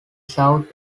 south